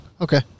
Okay